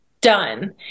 done